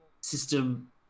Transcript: system